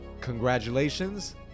Congratulations